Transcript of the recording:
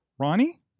Ronnie